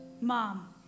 Mom